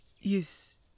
yes